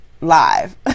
live